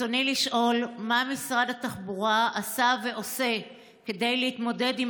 רצוני לשאול: מה משרד התחבורה עשה ועושה כדי להתמודד עם